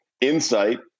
insight